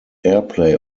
airplay